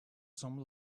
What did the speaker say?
some